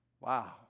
Wow